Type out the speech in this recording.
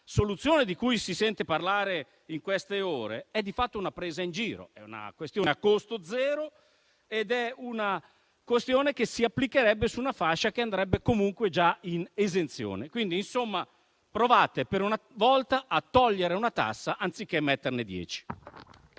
soluzione di cui si sente parlare in queste ore, infatti, è di fatto una presa in giro. È una soluzione a costo zero ed è una soluzione che si applicherebbe su una fascia, che andrebbe comunque già in esenzione. Insomma, provate per una volta a togliere una tassa, anziché introdurne